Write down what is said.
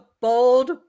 bold